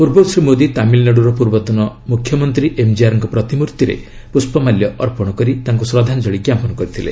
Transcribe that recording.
ପୂର୍ବରୁ ଶ୍ରୀ ମୋଦୀ ତାମିଲନାଡୁର ପୂର୍ବତନ ମୁଖ୍ୟମନ୍ତ୍ରୀ ଏମ୍ଜିଆର୍ଙ୍କ ପ୍ରତିମୂର୍ତ୍ତିରେ ପୁଷ୍ପମାଲ୍ୟ ଅର୍ପଣ କରି ତାଙ୍କୁ ଶ୍ରଦ୍ଧାଞ୍ଜଳୀ ଜ୍ଞାପନ କରିଥିଲେ